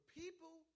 people